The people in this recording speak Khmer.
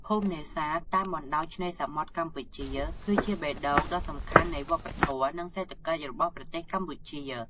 ភូមិនេសាទតាមបណ្តោយឆ្នេរសមុទ្រកម្ពុជា គឺជាបេះដូងដ៏សំខាន់នៃវប្បធម៌ និងសេដ្ឋកិច្ចរបស់ប្រទេសកម្ពុជា។